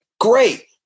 great